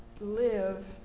live